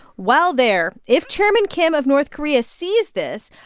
well, there if chairman kim of north korea sees this,